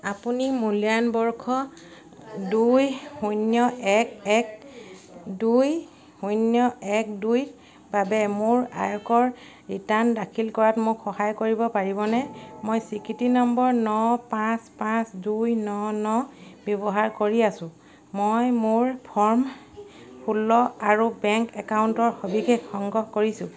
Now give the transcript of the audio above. আপুনি মূল্যায়ন বৰ্ষ দুই শূন্য এক এক দুই শূন্য এক দুইৰ বাবে মোৰ আয়কৰ ৰিটাৰ্ণ দাখিল কৰাত মোক সহায় কৰিব পাৰিবনে মই স্বীকৃতি নম্বৰ ন পাঁচ পাঁচ দুই ন ন ব্যৱহাৰ কৰি আছোঁ মই মোৰ ফৰ্ম ষোল্ল আৰু বেংক একাউণ্টৰ সবিশেষ সংগ্ৰহ কৰিছোঁ